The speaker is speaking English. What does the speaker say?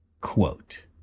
Quote